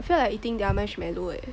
I feel like eating their marshmallow eh